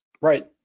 Right